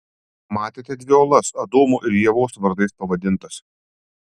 matėte dvi uolas adomo ir ievos vardais pavadintas